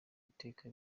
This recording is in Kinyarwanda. iteka